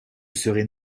serait